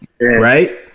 Right